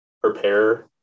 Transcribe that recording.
prepare